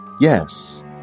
Yes